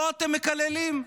אותו אתם מקללים?